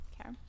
Okay